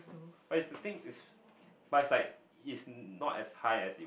but is the thing is but is like it's not as high as